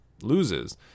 loses